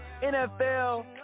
NFL